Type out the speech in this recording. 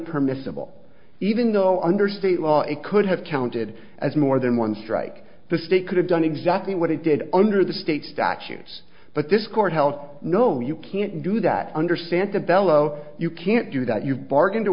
permissible even though under state law it could have counted as more than one strike the state could have done exactly what it did under the state statutes but this court health no you can't do that under santa belo you can't do that you